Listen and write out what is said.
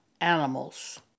animals